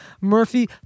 Murphy